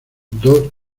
dos